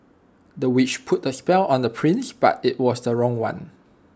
the witch put A spell on the prince but IT was the wrong one